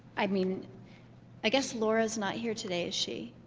i mean i guess laura's not here today, is she?